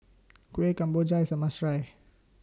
Kuih Kemboja IS A must Try